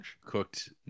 cooked